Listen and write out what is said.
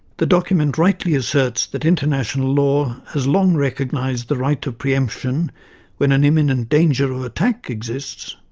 the document rightly asserts that international law has long recognised the right of pre-emption when an imminent danger of attack exists.